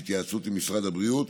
בהתייעצות עם משרד הבריאות,